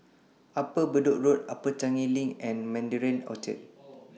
Upper Bedok Road Upper Changi LINK and Mandarin Orchard